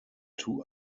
two